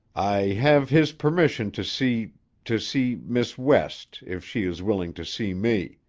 i have his permission to see to see miss west, if she is willing to see me.